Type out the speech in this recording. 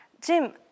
Jim